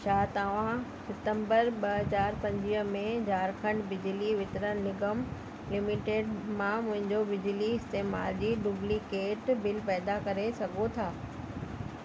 छा तव्हां सितंबर ॿ हज़ार पंजवीह में झारखंड बिजली वितरण निगम लिमिटेड मां मुंहिंजो बिजली इस्तेमाल जी डुप्लीकेट बिल पैदा करे सघो था